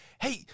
Hey